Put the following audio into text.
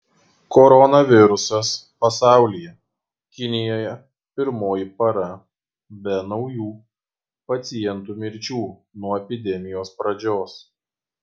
koronavirusas pasaulyje kinijoje pirmoji para be naujų pacientų mirčių nuo epidemijos pradžios